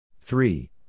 three